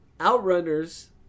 Outrunners